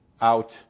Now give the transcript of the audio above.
out